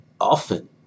often